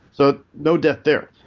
so no death there.